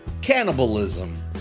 cannibalism